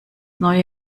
neue